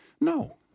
no